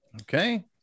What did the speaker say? Okay